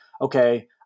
okay